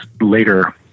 later